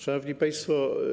Szanowni Państwo!